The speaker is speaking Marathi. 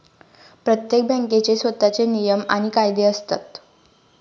प्रत्येक बँकेचे स्वतःचे नियम आणि कायदे असतात